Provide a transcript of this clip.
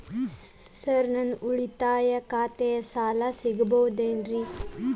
Sir ನನ್ನ ಉಳಿತಾಯ ಖಾತೆಯ ಸಾಲ ಸಿಗಬಹುದೇನ್ರಿ?